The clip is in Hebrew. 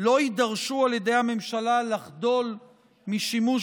לא יידרשו על ידי הממשלה לחדול משימוש